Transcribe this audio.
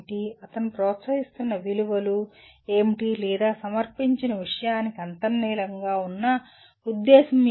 అతను ప్రోత్సహిస్తున్న విలువలు ఏమిటి లేదా సమర్పించిన విషయానికి అంతర్లీనంగా ఉన్న ఉద్దేశం ఏమిటి